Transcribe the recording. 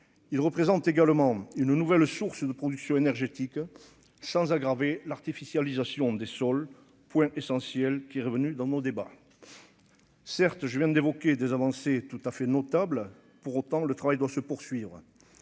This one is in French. Il représente également une nouvelle source de production énergétique sans aggraver l'artificialisation des sols, point essentiel qui est revenu dans mon débat certes je viens d'évoquer des avancées tout à fait notable pour autant le travail doit se poursuivre,